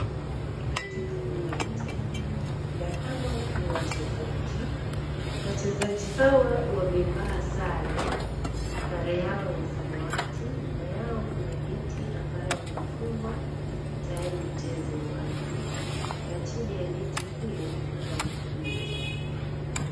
Ni katika uwanja na hawa ni wachezaji, wachezaji hawa wamevaa sare, sare yao ya samawati, nyuma yao kuna neti ambayo imefungwa tayari mchezo uanze na chini ya neti hiyo kuna mpira.